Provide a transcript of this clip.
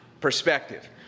perspective